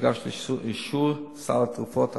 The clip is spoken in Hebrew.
ויוגשו לאישור סל התרופות הבא,